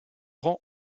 rend